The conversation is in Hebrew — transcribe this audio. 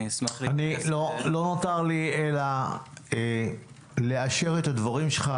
לא נותר לי אלא לאשר את הדברים שלך.